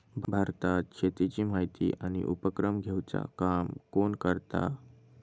भारतात शेतीची माहिती आणि उपक्रम घेवचा काम कोण करता?